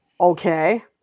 Okay